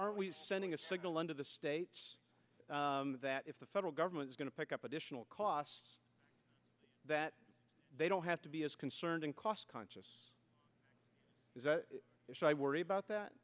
are we sending a signal under the states that if the federal government is going to pick up additional costs that they don't have to be as concerned and cost conscious so i worry about that